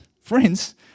friends